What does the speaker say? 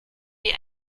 wie